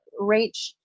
Rach